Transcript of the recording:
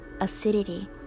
acidity